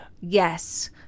yes